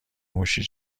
موشی